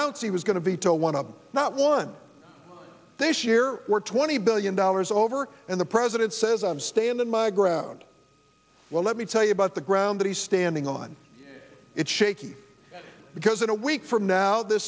announce he was going to veto one of them not one this year we're twenty billion dollars over and the president says i'm standing my ground well let me tell you about the ground he's standing on it's shaky because in a week from now th